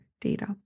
data